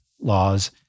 laws